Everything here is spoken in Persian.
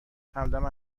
همدم